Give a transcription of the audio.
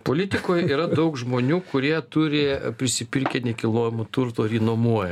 politikoj yra daug žmonių kurie turi prisipirkę nekilnojamo turto ir jį nuomuoja